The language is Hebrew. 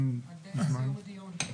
עד לסיום הדיון.